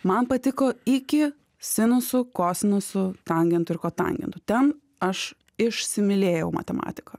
man patiko iki sinusų kosinusų tangentų ir kotangentų ten aš išsimylėjau matematiką